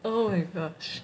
oh my gosh